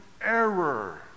error